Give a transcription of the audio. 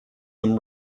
them